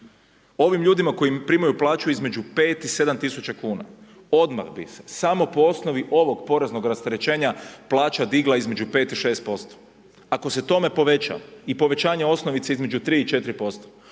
Ovim ljudima koji primaju plaću između 5.000 i 7.000 kuna, odmah bi se samo po osnovi ovog poreznog rasterećenja, plaća digla između 5 i 6%, ako se tome poveća i povećanje osnovice između 3 i 4%,